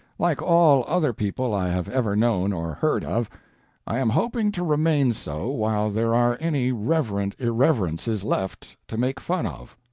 like all other people i have ever known or heard of i am hoping to remain so while there are any reverent irreverences left to make fun of.